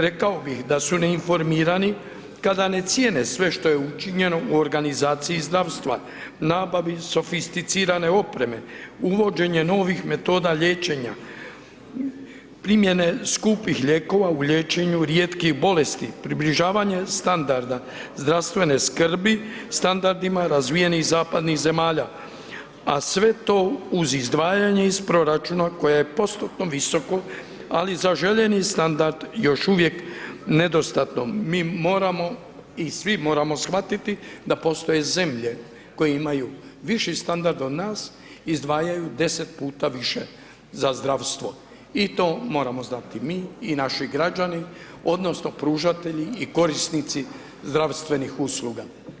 Rekao bih da su neinformirani kada ne cijene sve što je učinjeno u organizaciji zdravstva, nabavi sofisticirane opreme, uvođenje novih metoda liječenja, primjene skupih lijekova u liječenju rijetkih bolesti, približavanje standarda zdravstvene skrbi standardima razvijenih zapadnih zemalja, a sve to uz izdvajanje iz proračuna koje je postupno visoko, ali za željeni standard još uvijek nedostatno, mi moramo i svi moramo shvatiti da postoje zemlje koje imaju viši standard od nas i izdvajaju 10 puta više za zdravstvo i to moramo znati mi i naši građani odnosno pružatelji i korisnici zdravstvenih usluga.